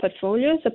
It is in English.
portfolios